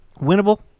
Winnable